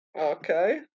Okay